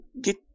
get